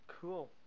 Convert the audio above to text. Cool